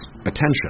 attention